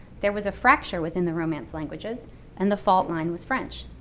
there was a fracture within the romance languages and the fault line was french.